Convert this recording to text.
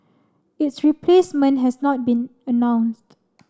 its replacement has not been announced